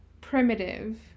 primitive